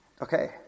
okay